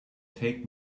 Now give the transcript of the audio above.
take